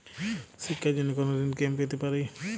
শিক্ষার জন্য কোনো ঋণ কি আমি পেতে পারি?